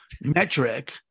metric